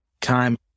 time